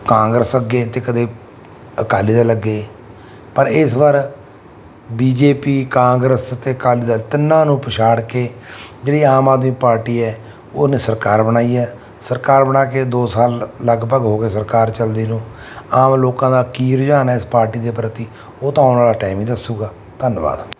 ਕਾਂਗਰਸ ਅੱਗੇ ਅਤੇ ਕਦੇ ਅਕਾਲੀ ਦਲ ਅੱਗੇ ਪਰ ਇਸ ਵਾਰ ਬੀ ਜੇ ਪੀ ਕਾਂਗਰਸ ਅਤੇ ਅਕਾਲੀ ਦਲ ਤਿੰਨਾਂ ਨੂੰ ਪਛਾੜ ਕੇ ਜਿਹੜੀ ਆਮ ਆਦਮੀ ਪਾਰਟੀ ਹੈ ਉਹਨੇ ਸਰਕਾਰ ਬਣਾਈ ਹੈ ਸਰਕਾਰ ਬਣਾ ਕੇ ਦੋ ਸਾਲ ਲਗਭਗ ਹੋ ਗਏ ਸਰਕਾਰ ਚੱਲਦੀ ਨੂੰ ਆਮ ਲੋਕਾਂ ਦਾ ਕੀ ਰੁਝਾਨ ਹੈ ਇਸ ਪਾਰਟੀ ਦੇ ਪ੍ਰਤੀ ਉਹ ਤਾਂ ਆਉਣ ਵਾਲਾ ਟੈਮ ਹੀ ਦੱਸੇਗਾ ਧੰਨਵਾਦ